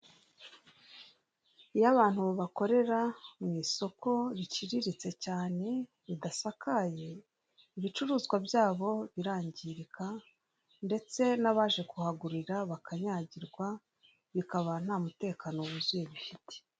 Iyo abantu bakorera mu isoko riciriritse cyane ridasakaye, ibicuruzwa byabo birangirika ndetse n'abaje kuharurira bakanyagirwa bikaba nta mutekano wuzuye bifite.